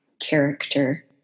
character